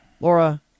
Laura